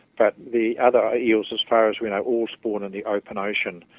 but the other eels as far as we know all spawn in the open ocean.